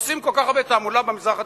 עושים כל כך הרבה תעמולה במזרח התיכון,